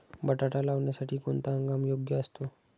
बटाटा लावण्यासाठी कोणता हंगाम योग्य असतो?